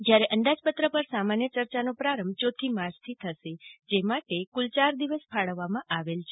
જ્યારે અંદાજપત્ર પર સામાન્ય ચર્ચાનો પ્રારંભ ઓછી માર્ચ થી થશે જે માટે કુલ ચાર દિવસ ફાળવવામાં આવેલ છે